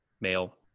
male